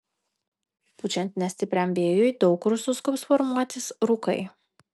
pučiant nestipriam vėjui daug kur suskubs formuotis rūkai